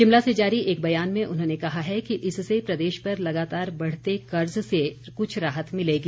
शिमला से जारी एक बयान में उन्होंने कहा है कि इससे प्रदेश पर लगातार बढ़ते कर्ज से कुछ राहत मिलेगी